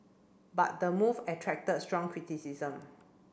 but the move attracted strong criticism